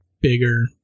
bigger